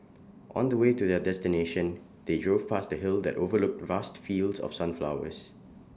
on the way to their destination they drove past A hill that overlooked vast fields of sunflowers